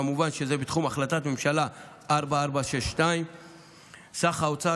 כמובן שזה בתחום החלטת הממשלה 4462. סך ההוצאה